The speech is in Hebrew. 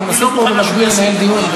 אנחנו מנסים פה במקביל לנהל דיון,